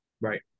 Right